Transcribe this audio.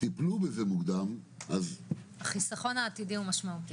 וטיפלו בזה מוקדם --- החיסכון העתידי הוא משמעותי.